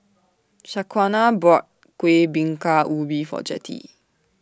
Shaquana bought Kueh Bingka Ubi For Jettie